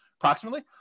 Approximately